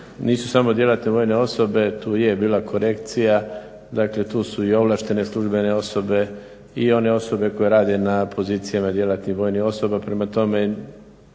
nisu samo djelatne vojne osobe. Tu je bila korekcija. Dakle, tu su i ovlaštene službene osobe i one osobe koje rade na pozicijama djelatnih vojnih osoba. Prema tome,